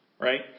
right